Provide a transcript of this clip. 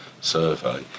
survey